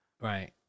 Right